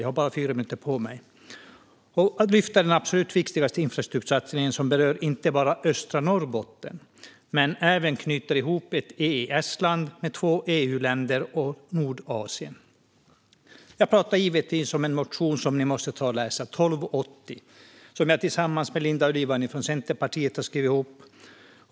Jag har fyra minuter på mig att lyfta den absolut viktigaste infrastruktursatsningen som berör inte bara östra Norrbotten utan även knyter ihop ett EES-land med två EU-länder och Nordasien. Jag talar givetvis om motion 2018/19:1280 som ni måste läsa och som jag har skrivit tillsammans med Linda Ylivainio från Centerpartiet.